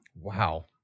Wow